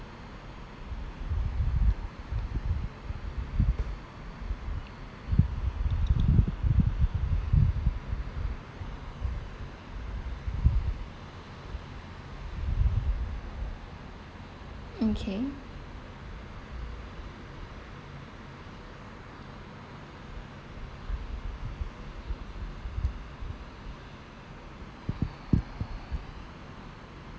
okay